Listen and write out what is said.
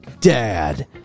Dad